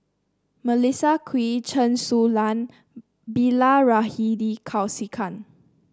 Melissa Kwee Chen Su Lan Bilahari Kausikan